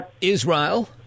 Israel